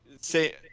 say